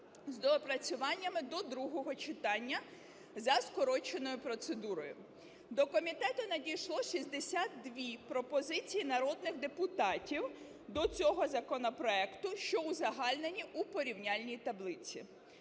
з доопрацюваннями до другого читання за скороченою процедурою. До комітету надійшло 62 пропозиції народних депутатів до цього законопроекту, що узагальнені у порівняльній таблиці.